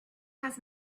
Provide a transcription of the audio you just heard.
has